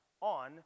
on